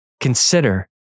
Consider